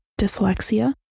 dyslexia